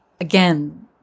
again